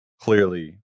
clearly